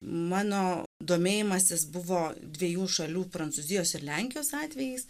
mano domėjimasis buvo dviejų šalių prancūzijos ir lenkijos atvejis